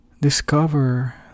discover